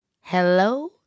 Hello